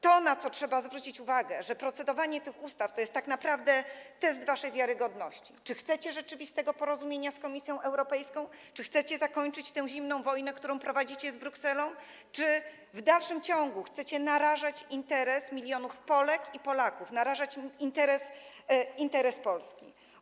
Trzeba zwrócić uwagę, że procedowanie nad tymi ustawami to jest tak naprawdę test waszej wiarygodności, czy chcecie rzeczywistego porozumienia z Komisją Europejską, czy chcecie zakończyć tę zimną wojnę, którą prowadzicie z Brukselą, czy w dalszym ciągu chcecie narażać interes milionów Polek i Polaków, narażać interes Polski.